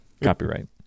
Copyright